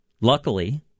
luckily